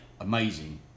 Amazing